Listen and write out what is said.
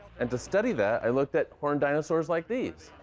and to study that, i looked at horned dinosaurs like these.